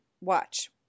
watch